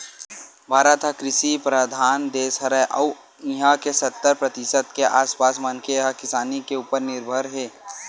भारत ह कृषि परधान देस हरय अउ इहां के सत्तर परतिसत के आसपास मनखे ह किसानी के उप्पर निरभर हे